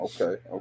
Okay